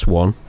one